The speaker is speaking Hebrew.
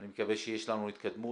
אני מקווה שיש לנו התקדמות,